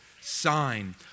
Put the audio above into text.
sign